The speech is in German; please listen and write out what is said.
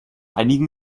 einigen